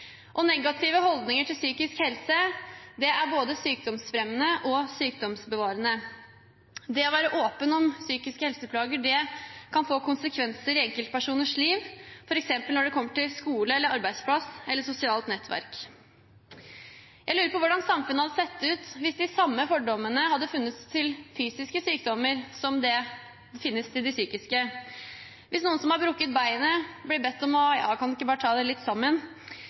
dører. Negative holdninger til psykisk helse er både sykdomsfremmende og sykdomsbevarende. Det å være åpen om psykisk helse-plager kan få konsekvenser i enkeltpersoners liv, f.eks. når det kommer til skole, arbeidsplass eller sosialt nettverk. Jeg lurer på hvordan samfunnet hadde sett ut hvis de samme fordommene hadde funnes mot fysiske sykdommer som mot de psykiske – hvis noen som har brukket beinet, blir bedt om bare å ta seg litt sammen,